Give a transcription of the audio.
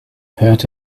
hurt